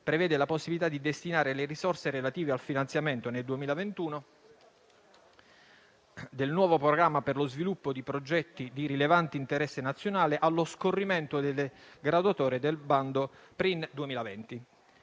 prevede la possibilità di destinare le risorse relative al finanziamento nel 2021 del nuovo programma per lo sviluppo di progetti di rilevante interesse nazionale allo scorrimento delle graduatorie del bando PRIN 2020.